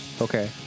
okay